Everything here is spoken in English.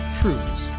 Truths